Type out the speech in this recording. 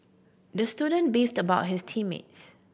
the student beefed about his team mates